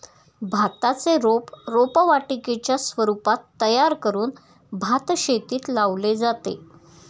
भाताचे रोप रोपवाटिकेच्या स्वरूपात तयार करून भातशेतीत लावले जाते